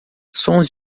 sons